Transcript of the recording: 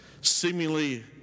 seemingly